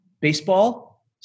baseball